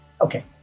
okay